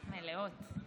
מלאות.